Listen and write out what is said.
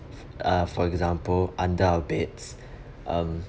uh for example under our beds um